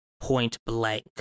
point-blank